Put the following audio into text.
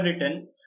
written